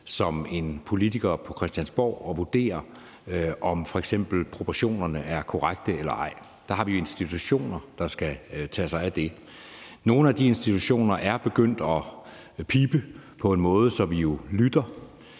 som politiker på Christiansborg og vurdere, om f.eks. proportionerne er korrekte eller ej. Der har vi jo institutioner, der skal tage sig af det. Nogle af de institutioner er begyndt at pippe på en måde, så vi lytter.